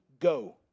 go